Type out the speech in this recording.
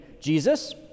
Jesus